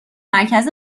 مرکز